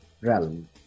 realm